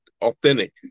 authentic